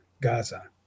Gaza